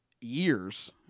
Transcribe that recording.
years –